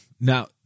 Now